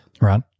Right